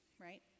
right